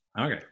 Okay